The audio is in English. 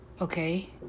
Okay